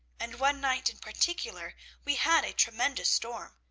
and one night in particular we had a tremendous storm.